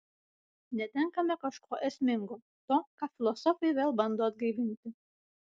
netenkame kažko esmingo to ką filosofai vėl bando atgaivinti